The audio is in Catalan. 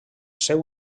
seu